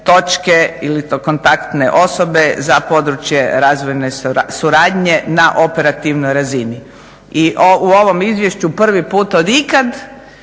ili kontaktne osobe za područje razvojne suradnje na operativnoj razini. I u ovom Izvješću prvi put od ikad